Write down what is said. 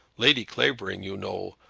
lady clavering, you know,